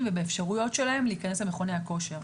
ובאפשרויות שלהם להיכנס למכוני הכושר.